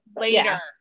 later